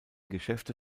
geschäfte